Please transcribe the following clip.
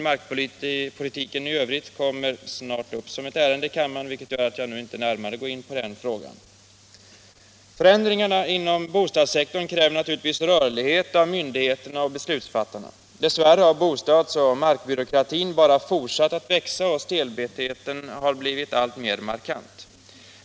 Markpolitiken i övrigt kommer snart upp som ärende i kammaren, vilket gör att jag nu inte närmare går in på den frågan. Förändringarna inom bostadssektorn kräver naturligtvis rörlighet hos myndigheterna och beslutsfattarna. Dess värre har bostadsoch markbyråkratin bara fortsatt att växa, och stelbentheten har blivit alltmer mar kant.